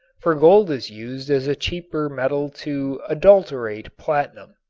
for gold is used as a cheaper metal to adulterate platinum.